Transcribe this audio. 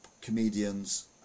comedians